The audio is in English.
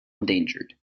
endangered